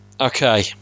Okay